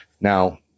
Now